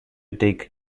dig